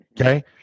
okay